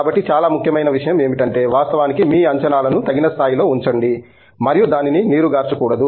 కాబట్టి చాలా ముఖ్యమైన విషయం ఏమిటంటే వాస్తవానికి మీ అంచనాలను తగిన స్థాయిలో ఉంచండి మరియు దానిని నీరుగార్చకూడదు